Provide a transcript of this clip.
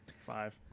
five